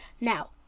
Now